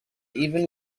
even